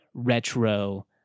Retro